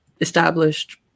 established